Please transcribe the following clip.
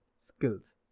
skills